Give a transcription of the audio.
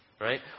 Right